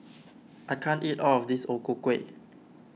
I can't eat all of this O Ku Kueh